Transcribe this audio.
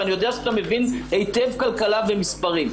ואני יודע שאתה מבין היטב כלכלה ומספרים.